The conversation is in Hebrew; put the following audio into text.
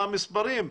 מה המספרים,